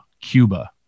Cuba